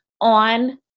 on